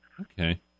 Okay